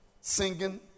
singing